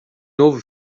novo